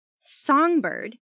Songbird